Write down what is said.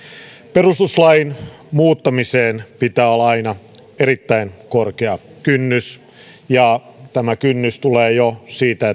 perustuslain muuttamiseen pitää olla aina erittäin korkea kynnys ja tämä kynnys tulee jo siitä